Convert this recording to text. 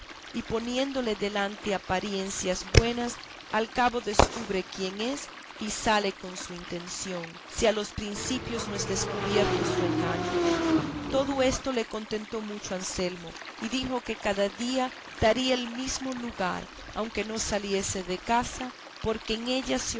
y poniéndole delante apariencias buenas al cabo descubre quién es y sale con su intención si a los principios no es descubierto su engaño todo esto le contentó mucho a anselmo y dijo que cada día daría el mesmo lugar aunque no saliese de casa porque en ella